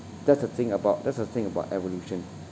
that's the thing about that's the thing about evolution